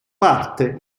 parte